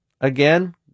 again